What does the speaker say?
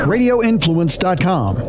Radioinfluence.com